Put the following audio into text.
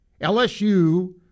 LSU